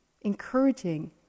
encouraging